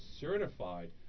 certified